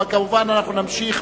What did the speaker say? אבל כמובן נמשיך,